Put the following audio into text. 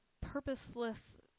purposeless